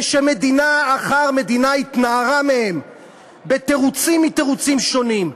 ומדינה אחר מדינה התנערה מהם בתירוצים מתירוצים שונים,